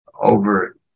over